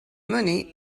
money